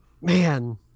Man